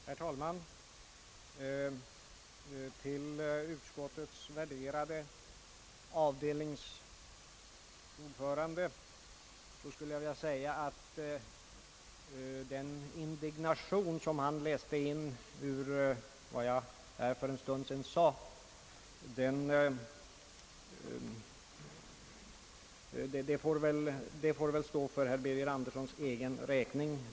Herr talman! Till avdelningens värderade ordförande skulle jag vilja säga att den indignation som han läste fram ur vad jag för en stund sedan yttrade, den får väl stå som ett uttryck för hans egen bedömning.